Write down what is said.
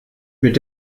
mit